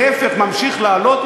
להפך, ממשיך לעלות.